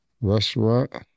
Restaurant